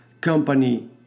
company